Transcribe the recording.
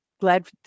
glad